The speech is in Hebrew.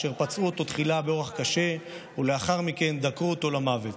אשר פצעו אותו תחילה באורח קשה ולאחר מכן דקרו אותו למוות.